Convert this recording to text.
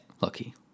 Lucky